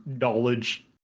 knowledge